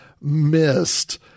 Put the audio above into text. missed